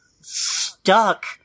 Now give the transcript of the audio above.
stuck